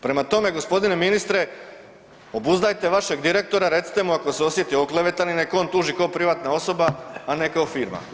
Prema tome, gospodine ministre obuzdajte vašeg direktora recite mu ako se osjetio oklevetanim neka on tuži ko privatna osoba, a ne kao firma.